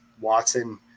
Watson